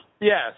Yes